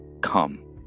come